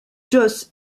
jos